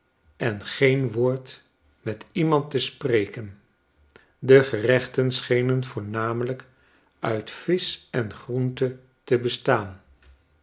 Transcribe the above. en geen woord met iemand te spreken de gerechten schenen voornamelijk uit visch en groenten te bestaan